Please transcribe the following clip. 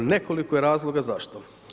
Nekoliko je razloga zašto.